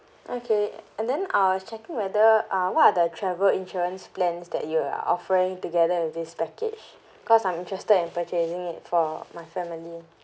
okay and then I was checking whether ah what are the travel insurance plans that you are offering together with this package cause I'm interested in purchasing it for my family